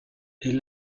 est